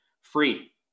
free